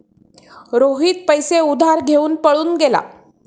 रोहित पैसे उधार घेऊन पळून गेला